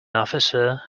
officer